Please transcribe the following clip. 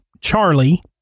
Charlie